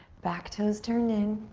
back toes turned in.